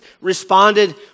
responded